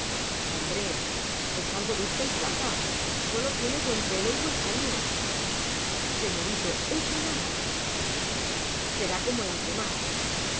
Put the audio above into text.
hombre es algo bizca y flaca sólo tiene buen pelo y buen genio señorito es una alhaja será como las demás